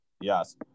Yes